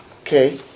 Okay